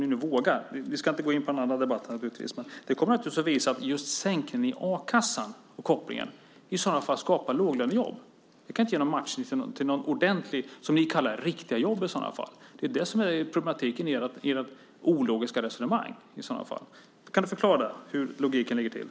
Nu ska vi naturligtvis inte gå in på den andra debatten, men det kommer att visa sig att just sänkningen i a-kassan, och den kopplingen, i så fall skapar låglönejobb. Och då får man inte den matchning för riktiga jobb som ni kallar dem. Där ligger problematiken i ert ologiska resonemang. Kan Jan Ericson förklara logiken i detta?